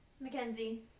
Mackenzie